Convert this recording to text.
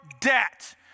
debt